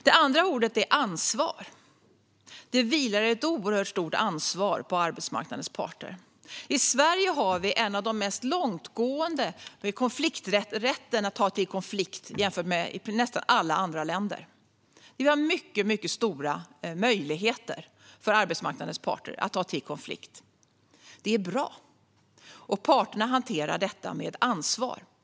Det andra ordet är alltså ansvar. Det vilar ett oerhört stort ansvar på arbetsmarknadens parter. I Sverige har vi en mer långtgående rätt att ta till konflikt än i nästan alla andra länder. Vi har mycket stora möjligheter för arbetsmarknadens parter att ta till konflikt. Det är bra, och parterna hanterar detta med ansvar.